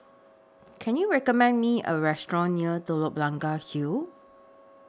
Can YOU recommend Me A Restaurant near Telok Blangah Hill